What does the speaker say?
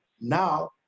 Now